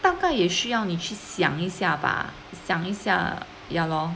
大概也需要你去想一下吧想一想 ya lor